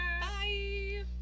Bye